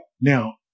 Now